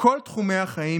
בכל תחומי החיים,